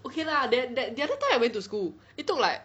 okay lah then that the other time I went to school it took like